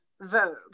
Vogue